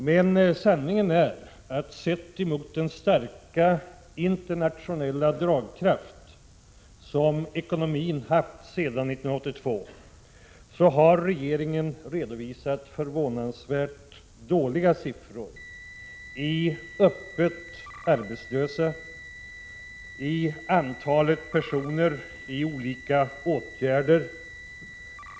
Men sanningen är att sett i förhållande till den starka internationella draghjälp som ekonomin haft sedan 1982 så har regeringen redovisat förvånansvärt dåliga siffror för antalet öppet arbetslösa och för antalet personer i olika arbetsmarknadsåtgärder.